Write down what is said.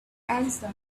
answer